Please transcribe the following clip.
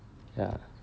ya